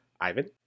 Ivan